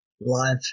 life